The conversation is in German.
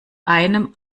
einem